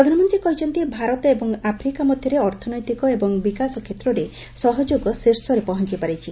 ପ୍ରଦାନମନ୍ତ୍ରୀ କହିଛନ୍ତି ଭାରତ ଏବଂ ଆଫ୍ରିକା ମଧ୍ୟରେ ଅର୍ଥନୈତିକ ଏବଂ ବିକାଶ କ୍ଷେତ୍ରରେ ସହଯୋଗ ଶୀର୍ଷରେ ପହଞ୍ଚ ପାରିଛି